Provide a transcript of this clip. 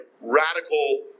radical